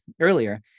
earlier